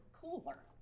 cooler